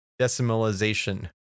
decimalization